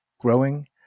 growing